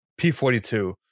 P42